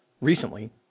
recently